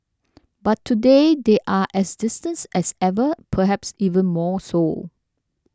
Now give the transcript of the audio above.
but today they are as distance as ever perhaps even more so